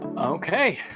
Okay